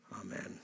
Amen